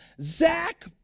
Zach